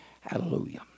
Hallelujah